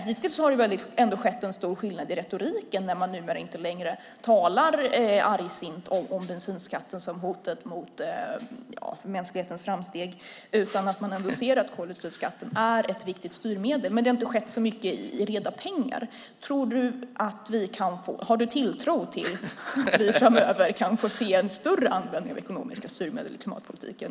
Hittills har det blivit en stor skillnad i retoriken när man numera inte längre talar argsint om bensinskatten som hotet mot mänsklighetens framsteg utan ändå ser att kollektivskatten är ett viktigt styrmedel. Men det har inte skett så mycket i reda pengar. Tror du, har du tilltro till, att vi framöver kan få se en större användning av ekonomiska styrmedel i klimatpolitiken?